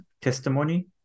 testimony